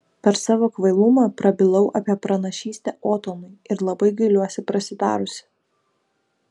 per savo kvailumą prabilau apie pranašystę otonui ir labai gailiuosi prasitarusi